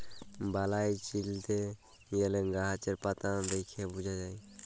বালাই চিলতে গ্যালে গাহাচের পাতা দ্যাইখে বুঝা যায়